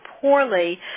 poorly